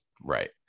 Right